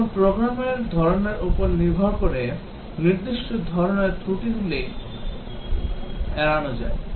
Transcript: এখন প্রোগ্রামের ধরণের উপর নির্ভর করে নির্দিষ্ট ধরণের ত্রুটিগুলি এড়ানো যায়